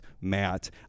Matt